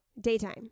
Daytime